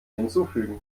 hinzufügen